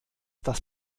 das